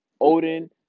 Odin